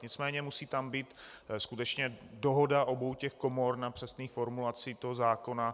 Nicméně musí tam být skutečně dohoda obou komor na přesných formulacích zákona.